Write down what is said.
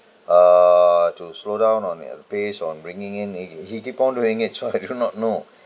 err to slow down on the pace on bringing in he kept he kept on doing it so I do not know